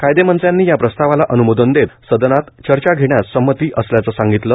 कायदेमंत्र्यांनी या प्रस्तावाला अनुमोदन देत सदनात चर्चा घेण्यास संमती असल्याचं सांगितलं